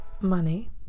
money